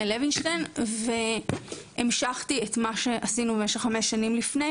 ׳בית לווינשטיין׳ והמשכתי את מה שעשינו במשך חמש השנים קודם לכן,